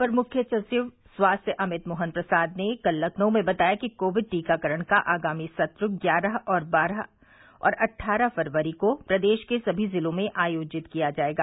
अपर मुख्य सचिव स्वास्थ्य अमित मोहन प्रसाद ने कल लखनऊ में बताया कि कोविड टीकाकरण का आगामी सत्र ग्यारह बारह और अटठारह फरवरी को प्रदेश के समी जिलों में आयोजित किया जायेगा